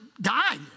died